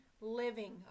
living